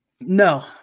No